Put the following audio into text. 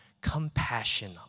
compassion